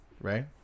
right